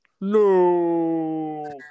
no